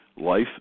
life